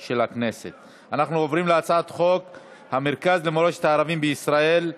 אנחנו עוברים להצעת חוק המרכז למורשת הערבים בישראל,